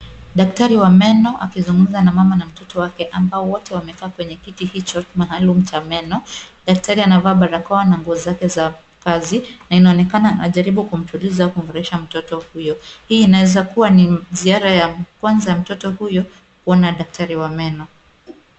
Daktari wa meno akizungumza na mama na mtoto wake ambao wote wamekaa kwenye kiti hicho maalum cha meno. Daktari anavaa barakoa na nguo zake ya kazi. Inaonekana anajaribu kumtuliza na kumlisha mtoto huyo. Hii inaweza kuwa ziara ya kwanza mtoto huyo kumwona daktari.